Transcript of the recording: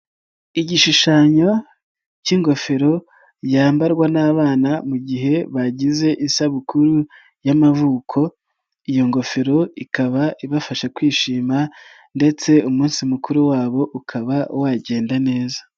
Igishushanyo k'ingofero yambarwa n'abana mu gihe bagize isabukuru y'amavuko, iyo ngofero ikaba ibafasha kwishima ndetse umunsi mukuru wabo ukaba wagenda neza.